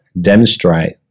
demonstrate